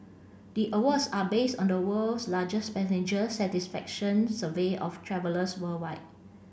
the awards are based on the world's largest passenger satisfaction survey of travellers worldwide